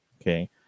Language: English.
Okay